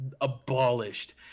abolished